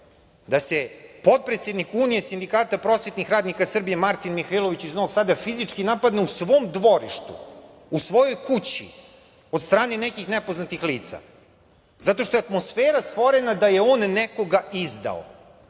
da se potpredsednik Unije sindikata prosvetnih radnika Srbije, Martin Mihailović iz Novog Sada fizički napadne u svom dvorištu, u svojoj kući, od strane nekih nepoznatih lica? Samo zato što je atmosfera stvorena da je on nekoga izdao.